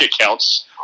accounts